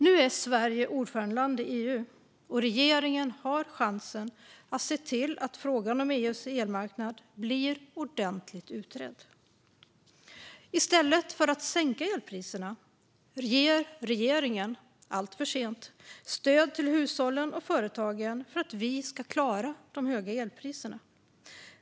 Nu är Sverige ordförandeland i EU, och regeringen har chansen att se till att frågan om EU:s elmarknad blir ordentligt utredd. I stället för att sänka elpriserna ger regeringen, alltför sent, stöd till hushållen och företagen för att de ska klara de höga elpriserna.